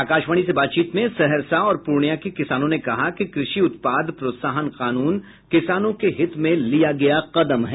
आकाशवाणी से बातचीत में सहरसा और पूर्णिया के किसानों ने कहा कि कृषि उत्पाद प्रोत्साहन कानून किसानों के हित में लिया गया कदम है